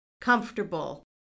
comfortable